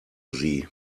sie